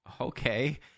Okay